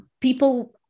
people